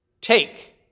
take